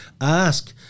ask